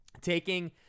taking